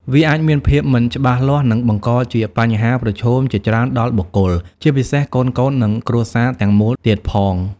វាអាចមានភាពមិនច្បាស់លាស់ និងបង្កជាបញ្ហាប្រឈមជាច្រើនដល់បុគ្គល ជាពិសេសកូនៗ និងគ្រួសារទាំងមូលទៀតផង។